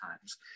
times